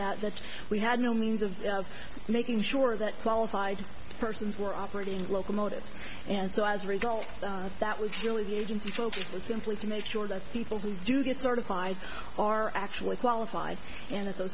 that that we had no means of making sure that qualified persons were operating locomotives and so as a result of that was really the agency focus was simply to make sure that people who do get sort of pis are actually qualified and i